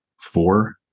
Four